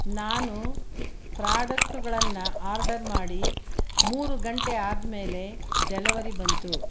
ನಾನು ಪ್ರಾಡಕ್ಟುಗಳನ್ನು ಆರ್ಡರ್ ಮಾಡಿ ಮೂರು ಗಂಟೆ ಆದಮೇಲೆ ಡೆಲವರಿ ಬಂತು